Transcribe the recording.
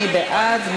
מי בעד?